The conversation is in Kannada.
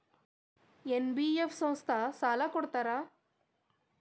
ಎನ್.ಬಿ.ಎಫ್ ಸಂಸ್ಥಾ ಸಾಲಾ ಕೊಡ್ತಾವಾ?